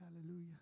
Hallelujah